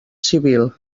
civil